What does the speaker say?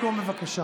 אינו נוכח משה גפני,